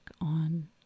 on